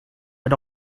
but